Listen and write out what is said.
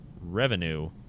revenue